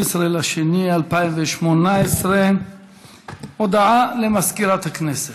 12 בפברואר 2018. הודעה למזכירת הכנסת.